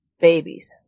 babies